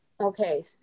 Okay